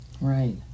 Right